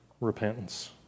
Repentance